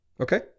Okay